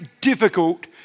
difficult